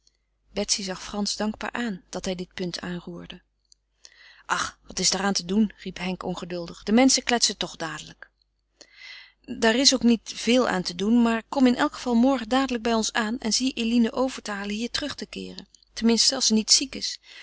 zag frans dankbaar aan dat hij dit punt aanroerde ach wat is daar aan te doen riep henk ongeduldig de menschen kletsen toch dadelijk daar is ook niet veel aan te doen maar kom in elk geval morgen dadelijk bij ons aan en zie eline over te halen hier terug te keeren ten minste als ze niet ziek is